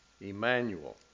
Emmanuel